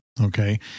Okay